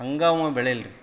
ಹಂಗೆ ಅವ ಬೆಳೀಲಿ ರೀ